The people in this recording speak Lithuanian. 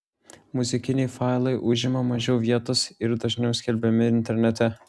muzikiniai failai užima mažiau vietos ir dažniau skelbiami internete